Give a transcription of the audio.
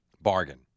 Bargain